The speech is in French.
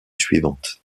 suivante